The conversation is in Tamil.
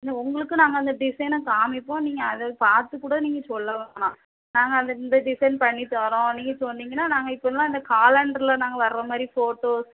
இல்லை உங்களுக்கும் நாங்கள் அந்த டிசைனை காமிப்போம் நீங்கள் அதை பார்த்துக்கூட நீங்கள் சொல்லலாம் நாங்கள் அந்த இந்த டிசைன் பண்ணி தரோம் நீங்கள் சொன்னிங்கன்னால் நாங்கள் இப்போலாம் அந்த காலெண்ட்ரில் நாங்கள் வரமாதிரி ஃபோட்டோஸ்